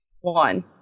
one